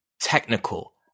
technical